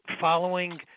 following